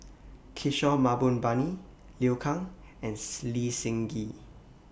Kishore Mahbubani Liu Kang and Lee Seng Gee